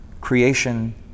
creation